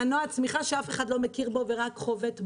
מנוע צמיחה שאף אחד לא מכיר בו ורק חובט בו,